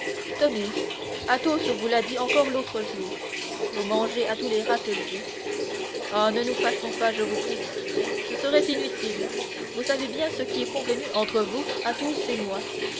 tenez athos vous l'a dit encore l'autre jour vous mangez à tous les râteliers ah ne nous fâchons pas je vous prie ce serait inutile vous savez bien ce qui est convenu entre vous athos et moi